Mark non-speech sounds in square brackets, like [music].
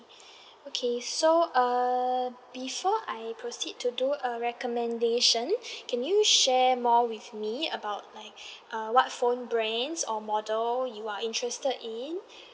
[breath] okay so err before I proceed to do a recommendation [breath] can you share more with me about like [breath] uh what phone brands or model you are interested in